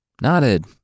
nodded